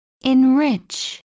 Enrich